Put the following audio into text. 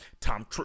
Tom